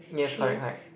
yes correct correct